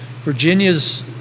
Virginia's